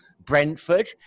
Brentford